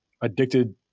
addicted